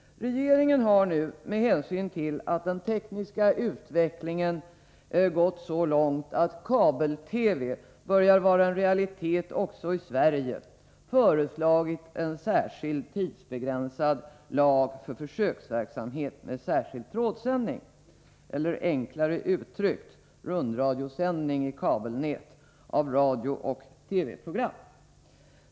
Regeringen har nu med hänsyn till att den tekniska utvecklingen gått så långt att kabel-TV börjar vara en realitet också i Sverige föreslagit en särskild tidsbegränsad lag för försöksverksamhet med särskild trådsändning, eller enklare uttryckt rundradiosändning i kabelnät av radiooch TV-program.